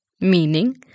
Meaning